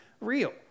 real